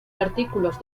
artículos